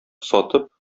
сатып